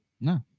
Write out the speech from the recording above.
No